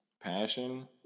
Passion